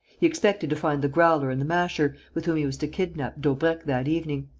he expected to find the growler and the masher, with whom he was to kidnap daubrecq that evening.